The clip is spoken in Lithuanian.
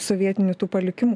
sovietinių tų palikimų